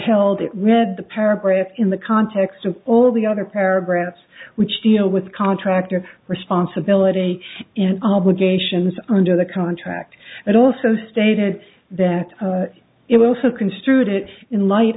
held it read the paragraph in the context of all the other paragraphs which deal with contractor responsibility and obligations under the contract but also stated that it will have construed it in light